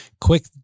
Quick